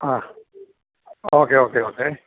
ആ okay okay okay